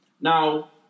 Now